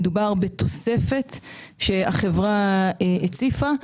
ומדובר בתוספת שהחברה הציפה.